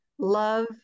love